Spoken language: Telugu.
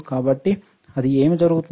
కాబట్టి అది ఏమి జరుగుతుంది